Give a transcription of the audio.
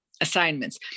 assignments